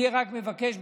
אני רק מבקש,